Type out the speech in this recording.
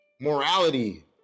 morality